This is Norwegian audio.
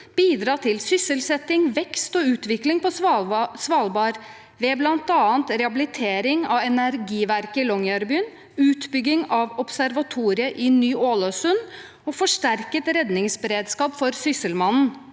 bidra til sysselsetting, vekst og utvikling på Svalbard ved bl.a. rehabilitering av energiverket i Longyearbyen, utbygging av observatoriet i Ny-Ålesund og forsterket redningsberedskap for Sysselmannen.